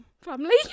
Family